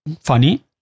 funny